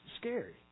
scary